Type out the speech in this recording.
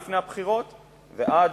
של שנה לפני הבחירות ועד